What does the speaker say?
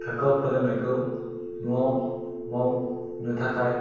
थाखोआव फोरोंनायखौ नआव मावनो थाखाय